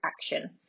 action